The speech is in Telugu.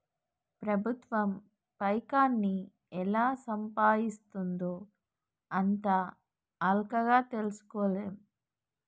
ప్రభుత్వం పైకాన్ని ఎలా సంపాయిస్తుందో అంత అల్కగ తెల్సుకోలేం